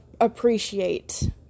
appreciate